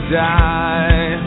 die